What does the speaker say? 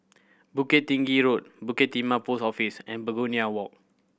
Bukit Tinggi Road Bukit Timah Post Office and Begonia Walk